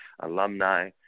alumni